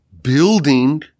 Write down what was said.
building